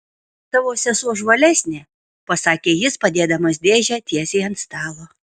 tavo sesuo žvalesnė pasakė jis padėdamas dėžę tiesiai ant stalo